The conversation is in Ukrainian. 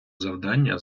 завдання